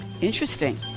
interesting